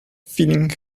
feeling